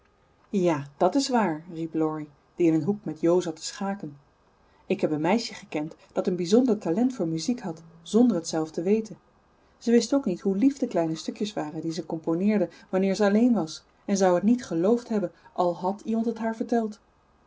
ja dat is waar riep laurie die in een hoek met jo zat te schaken ik heb een meisje gekend dat een bijzonder talent voor muziek had zonder het zelf te weten ze wist ook niet hoe lief de kleine stukjes waren die ze componeerde wanneer ze alleen was en zou het niet geloofd hebben al had iemand het haar verteld